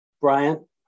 Brian